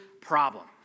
problem